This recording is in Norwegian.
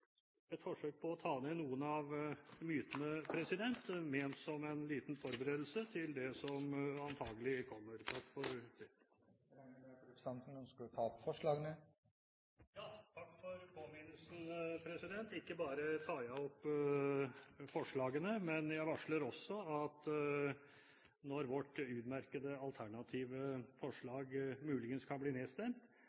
et forsøk på å ta ned noen av mytene – ment som en liten forberedelse til det som antagelig kommer. Presidenten regner med at representanten Svein Flåtten ønsker å ta opp forslagene. Takk for påminnelsen, president. Ikke bare tar jeg opp forslagene, men jeg varsler også at når vårt utmerkede alternative